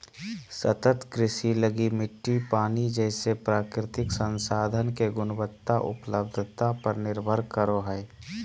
सतत कृषि लगी मिट्टी, पानी जैसे प्राकृतिक संसाधन के गुणवत्ता, उपलब्धता पर निर्भर करो हइ